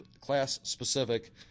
class-specific